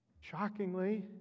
Shockingly